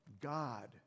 God